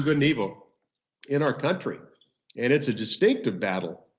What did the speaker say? ah and evil in our country and it's a distinctive battle.